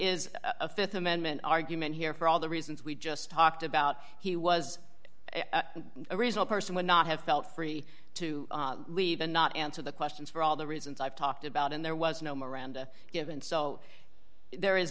is a th amendment argument here for all the reasons we just talked about he was a result person would not have felt free to leave and not answer the questions for all the reasons i've talked about and there was no miranda given so there is